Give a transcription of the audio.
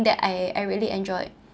that I I really enjoyed